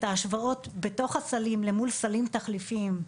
ההשוואות בתוך הסלים למול סלים תחליפיים,